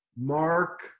Mark